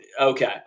okay